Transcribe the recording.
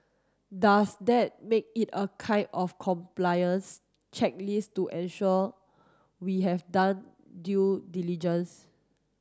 does that make it a kind of compliance checklist to ensure we have done due diligence